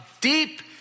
deep